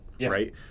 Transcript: right